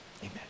Amen